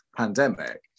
pandemic